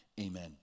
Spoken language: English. amen